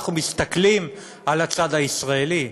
אנחנו מסתכלים על הצד הישראלי,